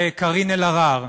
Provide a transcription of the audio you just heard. וקארין אלהרר,